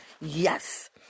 Yes